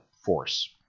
force